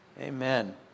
Amen